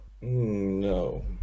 No